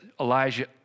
Elijah